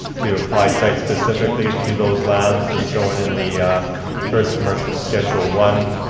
to apply site specifically to those lands as shown in the tourist commercial schedule one.